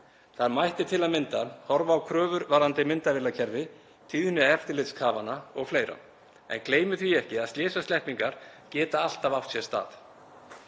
Það mætti til að mynda horfa á kröfur varðandi myndavélakerfi, tíðni eftirlitsköfunar o.fl., en gleymum því ekki að slysasleppingar geta alltaf átt sér stað.